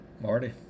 Marty